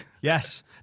Yes